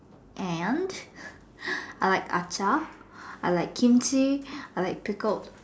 and I like achier I like Kimchi I like pickled